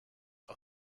are